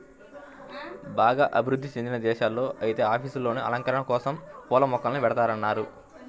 బాగా అభివృధ్ధి చెందిన దేశాల్లో ఐతే ఆఫీసుల్లోనే అలంకరణల కోసరం పూల మొక్కల్ని బెడతన్నారు